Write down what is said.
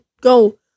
go